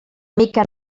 mica